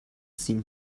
seem